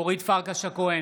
אורית פרקש הכהן,